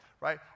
right